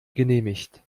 genehmigt